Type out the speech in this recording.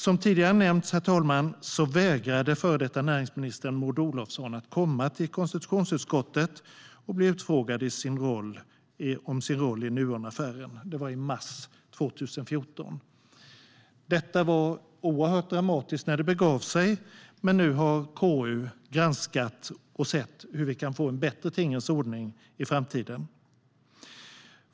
Som tidigare har nämnts, herr talman, vägrade den före detta näringsministern Maud Olofsson komma till konstitutionsutskottet och bli utfrågad om sin roll i Nuonaffären. Det var i mars 2014. Detta var oerhört dramatiskt när det begav sig, men nu har KU granskat det och sett hur vi kan få en bättre tingens ordning i framtiden.